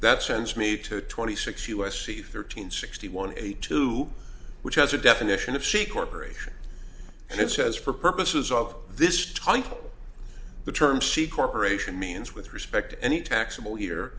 that sends me to twenty six u s c thirteen sixty one eighty two which has a definition of she corporation and it says for purposes of this title the term she corporation means with respect to any taxable year